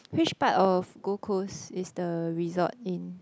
which part of Gold Coast is the resort in